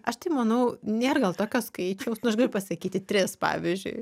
aš tai manau nėr gal tokio skaičiaus nu aš galiu pasakyti tris pavyzdžiui